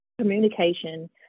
communication